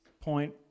point